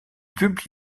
publie